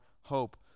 hope